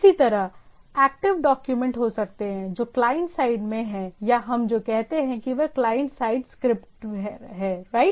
इसी तरहएक्टिव डॉक्यूमेंट हो सकते हैं जो क्लाइंट साइड में हैं या हम जो कहते हैं वह क्लाइंट साइड स्क्रिप्ट है राइट